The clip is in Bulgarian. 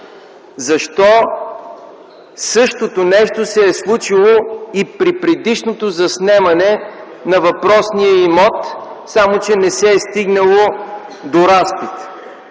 защо същото нещо се е случило и при предишното заснемане на въпросния имот, само че не се е стигнало до разпит?